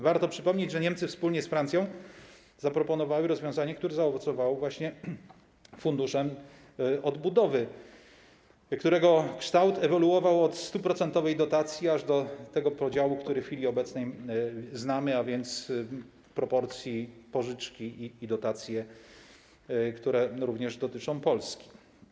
Warto przypomnieć, że Niemcy wspólnie z Francją zaproponowały rozwiązanie, które zaowocowało właśnie Funduszem Odbudowy, którego kształt ewoluował od 100-procentowej dotacji aż do tego podziału, który w chwili obecnej znamy, a więc proporcji: pożyczki i dotacje, które również dotyczą Polski.